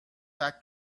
act